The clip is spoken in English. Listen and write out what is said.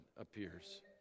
appears